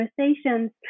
conversations